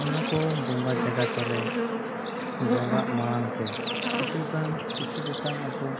ᱚᱱᱟᱠᱚ ᱵᱚᱸᱜᱟ ᱡᱟᱭᱜᱟ ᱠᱚᱨᱮ ᱵᱚᱸᱜᱟᱜ ᱢᱟᱲᱟᱝ ᱛᱮ ᱠᱤᱪᱷᱩᱜᱟᱱ ᱠᱤᱪᱷᱩ ᱜᱚᱴᱟᱝ ᱟᱵᱚ